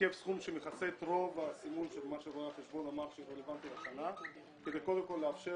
סכום שמכסה את רוב מה שרואה החשבון אמר שהוא רלוונטי כדי קודם לאפשר